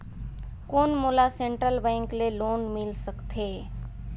कौन मोला Central Bank ले लोन मिल सकथे?